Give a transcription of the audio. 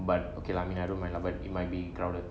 but okay lah I mean I don't mind lah but it might be crowded